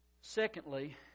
Secondly